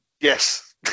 Yes